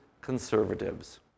conservatives